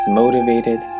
motivated